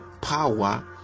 power